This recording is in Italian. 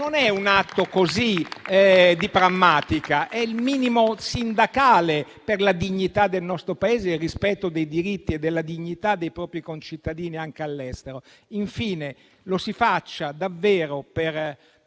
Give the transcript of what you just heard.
Non è un atto tanto per fare, di prammatica. È il minimo sindacale per la dignità del nostro Paese il rispetto dei diritti e della dignità dei propri concittadini, anche all'estero. Infine, lo si faccia davvero per